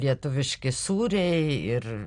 lietuviški sūriai ir